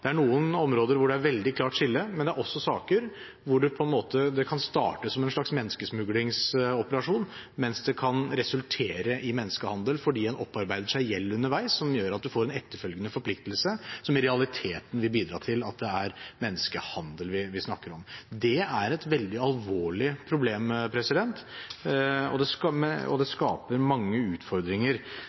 Det er noen områder hvor det er et veldig klart skille, men det er også saker hvor det kan starte som en slags menneskesmuglingsoperasjon, mens det kan resultere i menneskehandel fordi man underveis opparbeider seg gjeld som gjør at man får en etterfølgende forpliktelse, og som i realiteten vil bidra til at det er menneskehandel vi snakker om. Det er et veldig alvorlig problem, og det skaper mange utfordringer underveis i den transformasjonen – fra det